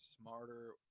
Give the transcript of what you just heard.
smarter